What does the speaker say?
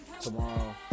tomorrow